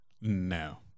No